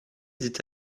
dit